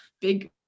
big